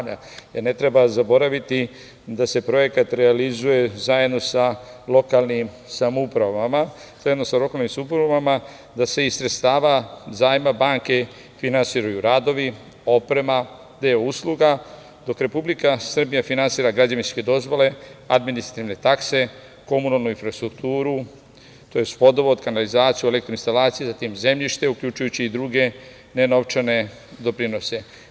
Ne treba zaboraviti da se projekat realizuje zajedno sa lokalnim samoupravama, da se iz sredstava zajma banke finansiraju radovi, oprema, deo usluga, dok Republika Srbija finansira građevinske dozvole, administrativne takse, komunalnu infrastrukturu tj. vodovod, kanalizaciju, elektro instalacije, zatim zemljište, uključujući i druge nenovčane doprinose.